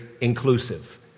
inclusive